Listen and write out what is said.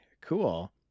Cool